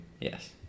Yes